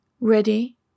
Ready